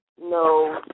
No